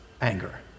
anger